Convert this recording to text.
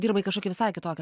dirbai kažkokį visai kitokį